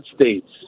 states